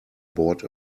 bought